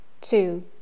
Two